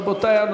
רבותי,